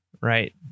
right